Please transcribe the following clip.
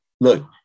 Look